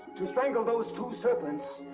to strangle those two serpents.